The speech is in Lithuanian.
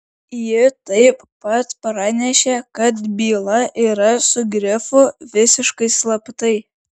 ji taip pat pranešė kad byla yra su grifu visiškai slaptai